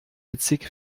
witzig